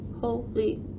Holy